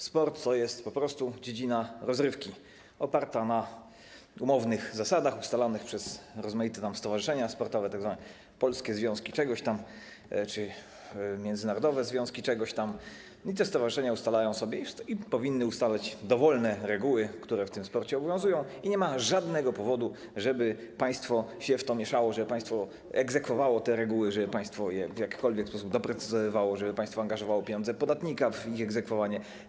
Sport to jest po prostu dziedzina rozrywki oparta na umownych zasadach, ustalanych przez rozmaite stowarzyszenia sportowe, tzw. polskie związki czegoś tam czy międzynarodowe związki czegoś tam, i te stowarzyszenia ustalają sobie i powinny ustalać dowolne reguły, które w tym sporcie obowiązują, i nie ma żadnego powodu, żeby państwo się w to mieszało, żeby państwo egzekwowało te reguły, żeby państwo je w jakikolwiek sposób doprecyzowywało, żeby państwo angażowało pieniądze podatnika w ich egzekwowanie.